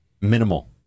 minimal